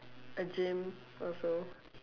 A gym also